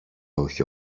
όχι